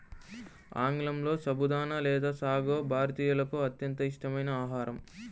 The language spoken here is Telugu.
ఆంగ్లంలో సబుదానా లేదా సాగో భారతీయులకు అత్యంత ఇష్టమైన ఆహారం